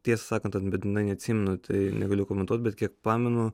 tiesą sakant atmintinai neatsimenu tai negaliu komentuot bet kiek pamenu